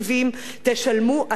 תשלמו אתם,